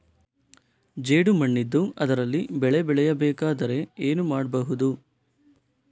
ಜೇಡು ಮಣ್ಣಿದ್ದು ಅದರಲ್ಲಿ ಬೆಳೆ ಬೆಳೆಯಬೇಕಾದರೆ ಏನು ಮಾಡ್ಬಹುದು?